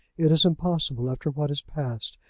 it is impossible, after what has passed,